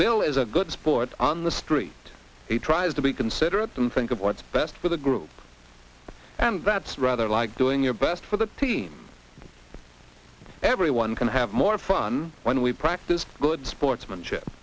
they'll is a good sport on the street he tries to be considerate some think of what's best for the group and that's rather like doing your best for the team everyone can have more fun when we practice good sportsmanship